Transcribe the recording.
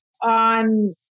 on